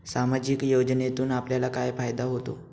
सामाजिक योजनेतून आपल्याला काय फायदा होतो?